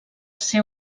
ser